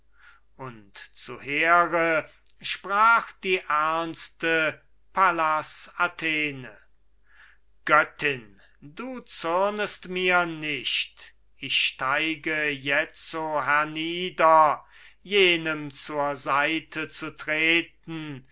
und zu here sprach die ernste pallas athene göttin du zürnest mir nicht ich steige jetzo hernieder jenem zur seite zu treten